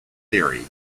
theory